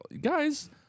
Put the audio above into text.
Guys